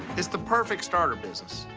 it's the perfect starter business.